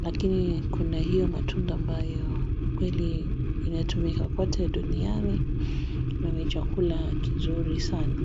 lakini kuna iyo matunda ambayo kweli inatumika kwote duniani na ni chakula kizuri sana.